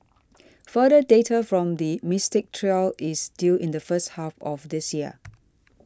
further data from the Mystic trial is due in the first half of this year